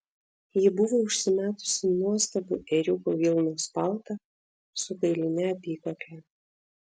ji buvo užsimetusi nuostabų ėriukų vilnos paltą su kailine apykakle